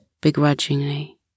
begrudgingly